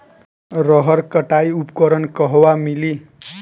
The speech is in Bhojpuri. रहर कटाई उपकरण कहवा मिली?